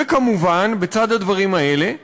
וכמובן, בצד הדברים האלה,